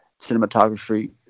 Cinematography